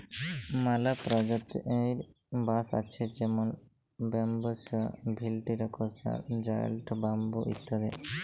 ম্যালা পরজাতির বাঁশ আছে যেমল ব্যাম্বুসা ভেলটিরিকসা, জায়েল্ট ব্যাম্বু ইত্যাদি